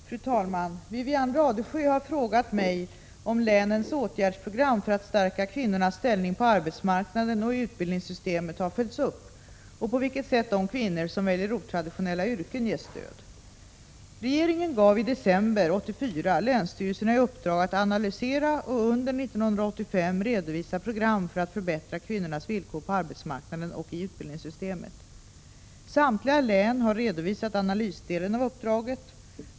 Fru talman! Wivi-Anne Radesjö har frågat mig om länens åtgärdsprogram för att stärka kvinnornas ställning på arbetsmarknaden och i utbildningssystemet har följts upp och på vilket sätt de kvinnor som väljer otraditionella yrken ges stöd. Regeringen gav i december 1984 länsstyrelserna i uppdrag att analysera och under år 1985 redovisa program för att förbättra kvinnornas villkor på arbetsmarknaden och i utbildningssystemet. Samtliga län har redovisat analysdelen av uppdraget.